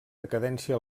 decadència